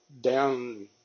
Down